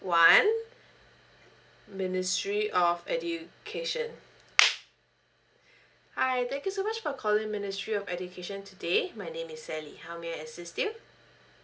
one ministry of education hi thank you so much for calling ministry of education today my name is sally how may I assist you